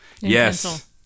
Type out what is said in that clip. Yes